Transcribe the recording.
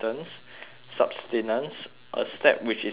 subsistence a step which is cons~